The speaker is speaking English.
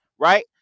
right